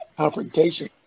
Confrontation